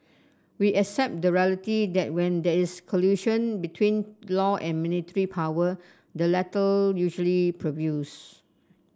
we accept the reality that when there is collision between law and military power the latter usually prevails